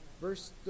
Verse